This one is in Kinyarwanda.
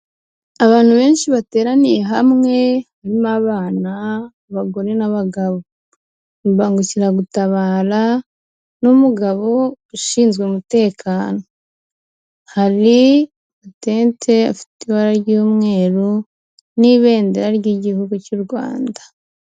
Abantu benshi bateraniye hamwe harimo abana, abagore n'abagabo. Imbangukiragutabara n'umugabo ushinzwe umutekano. Hari itente afite ibara ry'umweru, n'ibendera ry'Igihugu cy'u Rwanda.